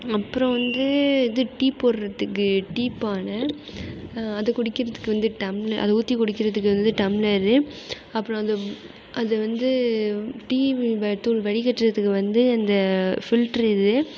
அப்புறம் வந்து இது டீ போடுறதுக்கு டீ பானை அது குடிக்கிறதுக்கு வந்து டம்ளர் அது ஊற்றி குடிக்கிறதுக்கு வந்து டம்ளரு அப்புறம் அந்த அது வந்து டீ தூள் வடிகட்டுறதுக்கு வந்து அந்த ஃபில்ட்ரு இது